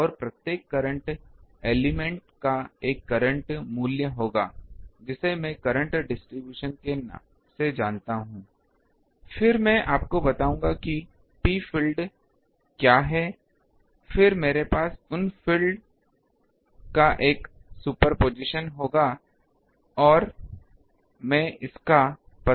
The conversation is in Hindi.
और प्रत्येक करंट एलिमेंट का एक करंट मूल्य होगा जिसे मैं करंट डिस्ट्रीब्यूशन से जानता हूं फिर मैं आपको बताऊंगा कि P पर फील्ड क्या है फिर मेरे पास उन फ़ील्ड्स का एक सुपरपोजिशन होगा और मैं इसका पता लगाऊंगा